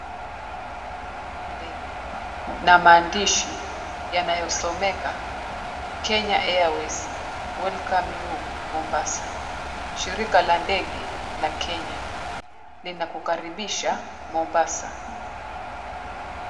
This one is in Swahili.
Ndege na maandishi yanayosomeka, 'Kenya Airways Welcome You Mombasa'. Shirika la ndege la Kenya linakukaribisha Mombasa.